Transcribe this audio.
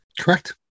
Correct